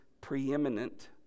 preeminent